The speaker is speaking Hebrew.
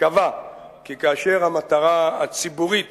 קבע כי כאשר המטרה הציבורית